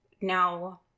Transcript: Now